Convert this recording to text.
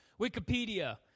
Wikipedia